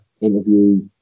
interview